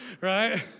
right